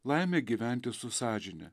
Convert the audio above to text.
laimė gyventi su sąžine